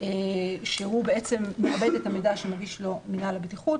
שהוא בעצם מקבל את המידע שמגיש לו מינהל הבטיחות,